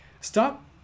Stop